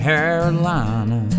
Carolina